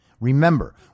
Remember